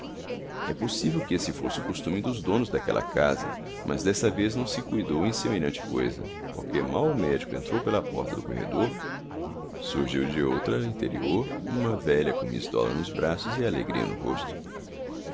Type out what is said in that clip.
é possível que esse fosse o costume dos donos daquela casa mas desta vez não se cuidou em semelhante coisa porque mal o médico entrou pela porta do corredor surgiu de outra interior uma velha com miss dollar nos braços e a alegria no rosto